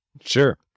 Sure